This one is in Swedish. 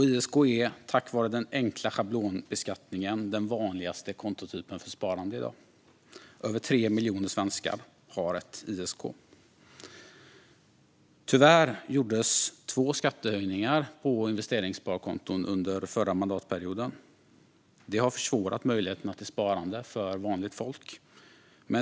ISK är tack vare den enkla schablonbeskattningen den vanligaste kontotypen för sparande i dag. Över 3 miljoner svenskar har ett ISK. Tyvärr gjordes två skattehöjningar på investeringssparkonton under den förra mandatperioden. Detta har försämrat möjligheterna till sparande för vanligt folk.